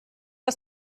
was